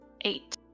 Eight